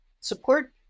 support